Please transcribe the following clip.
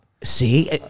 See